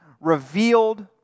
revealed